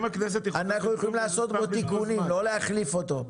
אנחנו יכולים לעשות בו תיקונים ולא להחליף אותו.